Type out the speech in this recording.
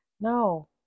No